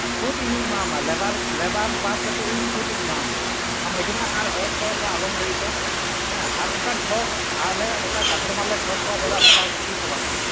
ᱟᱨ ᱠᱷᱩᱫᱽ ᱤᱧᱤᱧ ᱮᱢᱟᱣᱟᱢᱟ ᱞᱮᱵᱟᱨ ᱞᱮᱵᱟᱨ ᱵᱟᱫᱽ ᱠᱟᱛᱮᱫ ᱤᱧ ᱠᱷᱩᱫᱽ ᱤᱧ ᱮᱢᱟᱣᱟᱢᱟ ᱟᱢ ᱦᱤᱡᱩᱜ ᱢᱮ ᱟᱨ ᱦᱚᱲ ᱴᱚᱲ ᱫᱚ ᱟᱞᱚᱢ ᱞᱟᱹᱭ ᱟᱠᱚᱣᱟ ᱦᱮᱸ ᱟᱨ ᱚᱱᱠᱟᱱ ᱴᱷᱚᱠ ᱟᱞᱮ ᱚᱱᱠᱟ ᱠᱟᱥᱴᱚᱢᱟᱨ ᱞᱮ ᱴᱷᱤᱠ ᱠᱚᱣᱟ ᱫᱟᱫᱟ ᱚᱱᱠᱟ ᱫᱚ ᱛᱤᱥ ᱦᱚᱸ ᱵᱟᱝ ᱦᱩᱭᱩᱜᱼᱟ